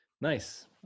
Nice